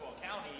County